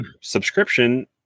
subscription